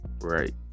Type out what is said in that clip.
right